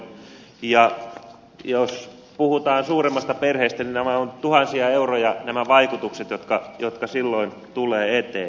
ja jos puhutaan suuremmasta perheestä niin nämä ovat tuhansia euroja nämä vaikutukset jotka silloin tulevat eteen